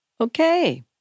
Okay